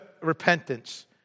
repentance